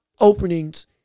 openings